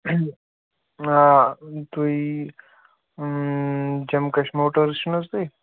آ تُہۍ جمکَش موٹٲرٕس چھُنہٕ حظ تُہۍ